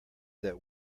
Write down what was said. that